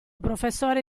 professore